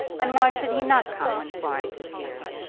and why should he not come when florence is here?